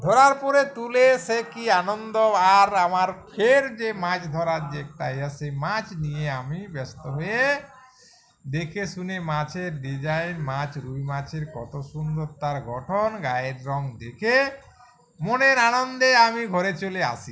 ধরার পরে তুলে সে কী আনন্দ আর আমার ফের যে মাছ ধরার যে একটা ইয়ে সেই মাছ নিয়ে আমি ব্যস্ত হয়ে দেখে শুনে মাছের ডিজাইন মাছ রুই মাছের কত সুন্দর তার গঠন গায়ের রং দেখে মনের আনন্দে আমি ঘরে চলে আসি